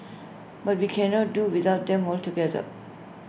but we cannot do without them altogether